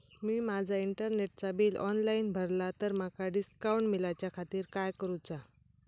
मी माजा इंटरनेटचा bill online भरला तर माका डिस्काउंट मिलाच्या खातीर काय करुचा?